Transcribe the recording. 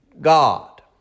God